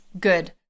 Good